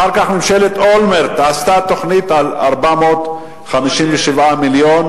אחר כך ממשלת אולמרט עשתה תוכנית על 457 מיליון,